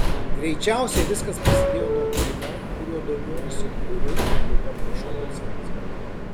greičiausiai viskas prasidėjo nuo kino kuriuo domiuosi kuriu ir taip pat rašau recenzijas